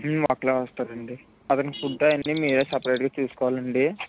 ఒక్కలే వస్తారండి అతనికి ఫుడ్ అవన్నీ మీరే సపరేట్ గా చూసుకోవాలండి